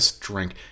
drink